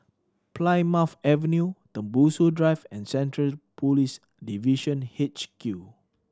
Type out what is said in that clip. Plymouth Avenue Tembusu Drive and Central Police Division H Q